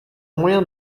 moyen